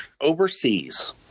overseas